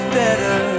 better